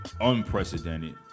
unprecedented